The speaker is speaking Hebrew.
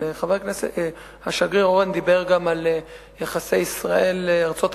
אבל השגריר אורן גם דיבר על יחסי ישראל ארצות-הברית